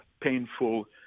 painful